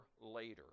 later